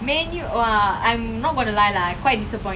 cannot make it lah all பந்தா:bantha only